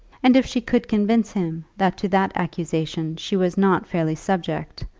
and if she could convince him that to that accusation she was not fairly subject,